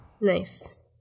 Nice